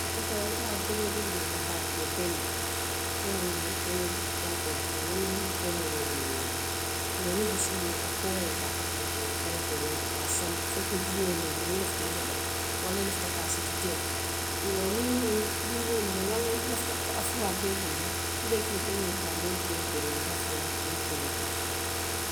I keta peñee doo bijee i ka fo a ye ke peñee wo loŋ ñiŋ peñee fenkoo ti teŋ wo muŋ koomoo maŋ mulunyaa iyoo niŋ musoolu loŋ i ka koomoo le taa, kataba ka i kuŋo peñee a la i ye a santi fo kuntiñoo ye loo ko niŋ i lafita i debe la walla i lafi ka a siti teema iyoo niŋ duŋ dindiŋo loŋ walla i lafita afuraa kela i kuŋo to, i be kee peñee le taa la, i ye afuraa taa i ye i kuŋo.